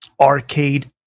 arcade